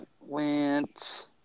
went